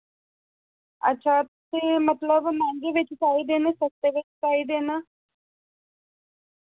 अच्छा ते मतलब मैहंगे बिच चाहिदे न सस्ते बिच चाहिदे न